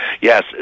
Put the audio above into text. Yes